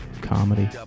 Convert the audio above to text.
comedy